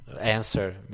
answer